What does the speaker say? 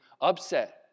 upset